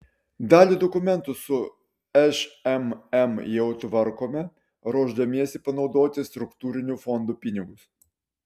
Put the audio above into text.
dalį dokumentų su šmm jau tvarkome ruošdamiesi panaudoti struktūrinių fondų pinigus